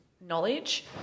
knowledge